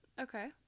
Okay